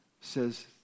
says